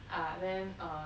ah then err